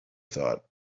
thought